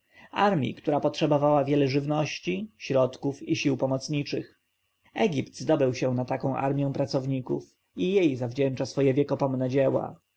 armji która potrzebowała wiele żywności środków i sił pomocniczych egipt zdobył się na taką armję pracowników i jej zawdzięcza swoje wiekopomne dzieła